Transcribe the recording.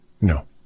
No